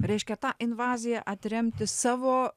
reiškia tą invaziją atremti savo